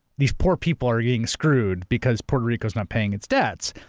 these poor people are getting screwed because puerto rico's not paying its debts,